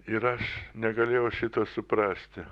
ir aš negalėjau šito suprasti